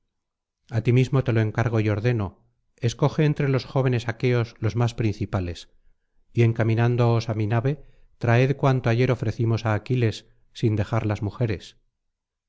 a ti mismo te lo encargo y ordeno escoge entre los jóvenes aqueos los más principales y encaminándoos á mi nave traed cuanto ayer ofrecimos á aquiles sin dejar las mujeres